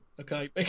Okay